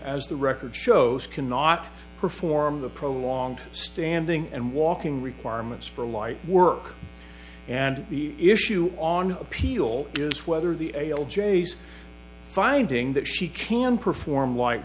as the record shows cannot perform the prolonging standing and walking requirements for light work and the issue on appeal is whether the ale j's finding that she can perform white